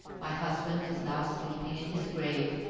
my husband is now sleeping in his grave,